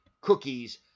cookies